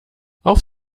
auf